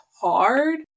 hard